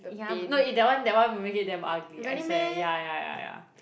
yeah but no eh that one that one will make it damn ugly I swear ya ya ya ya